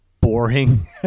boring